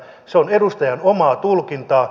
se on edustajan omaa tulkintaa